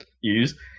use